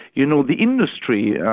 you know, the industry,